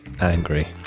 angry